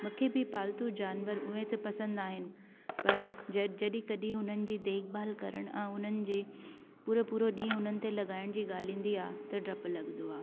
मुखे बि पालतू जानवर उहे त पसंदि आहिनि पर ज जॾहिं कॾहिं हुननि जी देखभालु करण ऐं हुननि जी पूरो पूरो ॾींहुं हुननि ते लॻाइण जी ॻाल्हि ईंदी आहे त डपु लॻंदो आहे